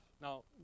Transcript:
Now